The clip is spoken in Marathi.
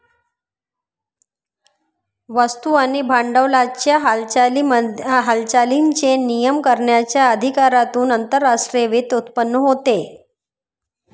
वस्तू आणि भांडवलाच्या हालचालींचे नियमन करण्याच्या अधिकारातून आंतरराष्ट्रीय वित्त उत्पन्न होते